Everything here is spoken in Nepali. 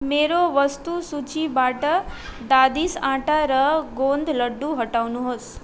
मेरो वस्तु सूचीबाट दादिस् आँटा र गोन्द लड्डू हटाउनु होस्